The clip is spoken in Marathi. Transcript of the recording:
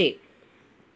शे